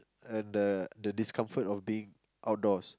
and the the discomfort of being outdoors